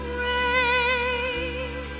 rain